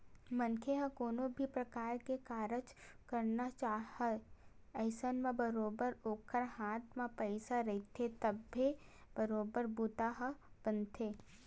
मनखे ह कोनो भी परकार के कारज करना चाहय अइसन म बरोबर ओखर हाथ म पइसा रहिथे तभे बरोबर बूता ह बनथे